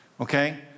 okay